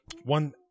one